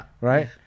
right